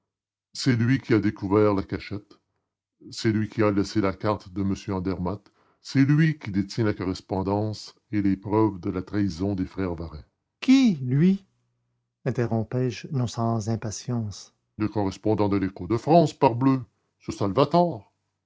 c'est lui qui a découvert la cachette c'est lui qui a laissé la carte de m andermatt c'est lui qui détient la correspondance et les preuves de la trahison des frères varin qui lui interrompis-je non sans impatience le correspondant de l'écho de france parbleu ce salvator